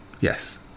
yes